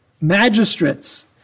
magistrates